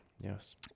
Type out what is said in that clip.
Yes